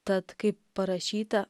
tad kaip parašyta